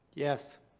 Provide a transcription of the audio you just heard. yes.